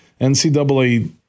NCAA